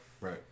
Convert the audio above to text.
Right